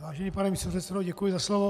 Vážený pane místopředsedo, děkuji za slovo.